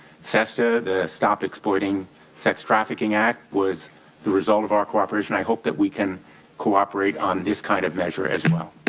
the stop exploiting sex trafficking act was the result of our cooperation, i hope that we can cooperate on this kind of measure as well.